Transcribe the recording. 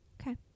Okay